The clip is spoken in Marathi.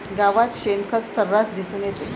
गावात शेणखत सर्रास दिसून येते